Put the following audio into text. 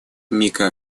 мика